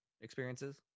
experiences